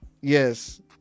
Yes